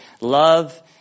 Love